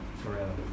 forever